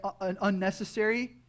unnecessary